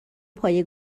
پایه